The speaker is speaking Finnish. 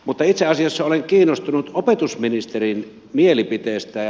mutta itse asiassa olen kiinnostunut opetusministerin mielipiteestä